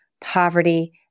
poverty